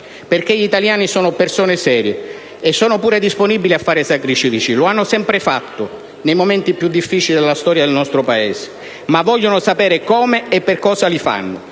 Perché gli italiani sono persone serie e sono pure disponibili a fare sacrifici. Li hanno sempre fatti nei momenti più difficili della storia del nostro Paese, ma vogliono sapere come e per cosa li fanno.